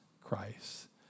Christ